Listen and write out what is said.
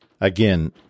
Again